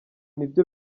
nibyo